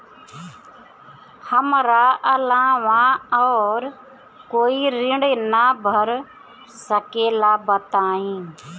हमरा अलावा और कोई ऋण ना भर सकेला बताई?